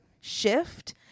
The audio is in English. shift